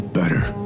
better